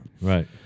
Right